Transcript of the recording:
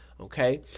Okay